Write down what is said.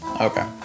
Okay